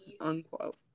unquote